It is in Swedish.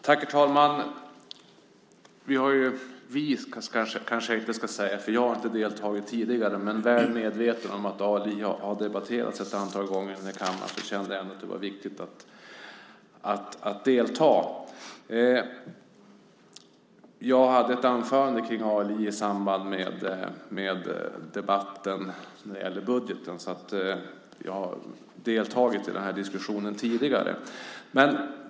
Herr talman! Jag kanske inte ska tala om "vi", för jag har inte deltagit tidigare, men jag är väl medveten om att ALI har debatterats ett antal gånger i kammaren. Därför kände jag ändå att det var viktigt att delta. Jag hade ett anförande om ALI i samband med debatten om budgeten. Jag har alltså deltagit i den här diskussionen tidigare.